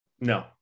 No